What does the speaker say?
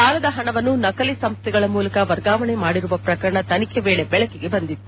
ಸಾಲದ ಹಣವನ್ನು ನಕಲಿ ಸಂಸ್ಥೆಗಳ ಮೂಲಕ ವರ್ಗಾವಣೆ ಮಾಡಿರುವ ಪ್ರಕರಣ ತನಿಖೆ ವೇಳೆ ಬೆಳಕಿಗೆ ಬಂದಿತ್ತು